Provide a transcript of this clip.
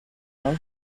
sobre